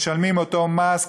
משלמים אותו מס,